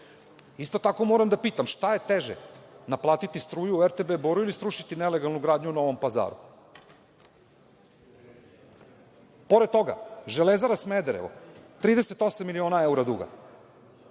tako moram da pitam, šta je teže naplatiti struju RTB Boru ili srušiti nelegalnu gradnju u Novom Pazaru. Pored toga, Železara Smederevo, 38 miliona eura duga,